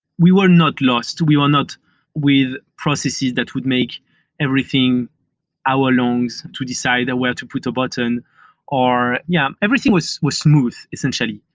we were not lost. we were not with processes that would make everything hour long to decide where to put a button or yeah, everything was smooth, essentially.